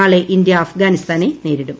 നാളെ ഇന്ത്യ അഫ്ഗാനിസ്ഥാനെ നേരിടും